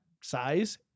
size